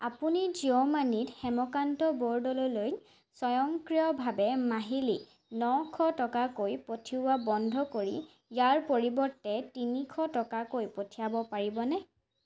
আপুনি জিঅ' মানিত হেমকান্ত বৰদলৈলৈ স্বয়ংক্ৰিয়ভাৱে মাহিলী নশ টকাকৈ পঠিওৱা বন্ধ কৰি ইয়াৰ পৰিৱৰ্তে তিনিশ টকাকৈ পঠিয়াব পাৰিবনে